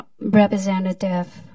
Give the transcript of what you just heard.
representative